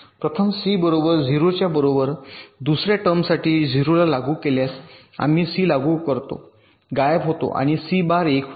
प्रथम सी बरोबर ० च्या बरोबर दुसर्या टर्मसाठी ० ला लागू केल्यास आम्ही सी लागू करतो गायब होतो आणि सी बार १ होईल